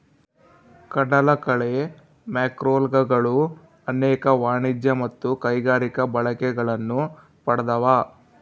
ಕಡಲಕಳೆ ಮ್ಯಾಕ್ರೋಲ್ಗೆಗಳು ಅನೇಕ ವಾಣಿಜ್ಯ ಮತ್ತು ಕೈಗಾರಿಕಾ ಬಳಕೆಗಳನ್ನು ಪಡ್ದವ